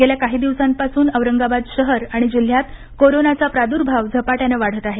गेल्या काही दिवसांपासून औरंगाबाद शहर आणि जिल्ह्यात कोरोनाचा प्राद्भाव झपाट्यानं वाढत आहे